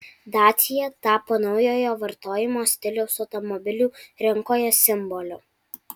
dacia tapo naujojo vartojimo stiliaus automobilių rinkoje simboliu